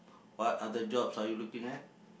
what other jobs are you looking at